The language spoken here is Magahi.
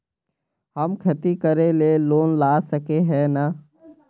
हम खेती करे ले लोन ला सके है नय?